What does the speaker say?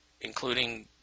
including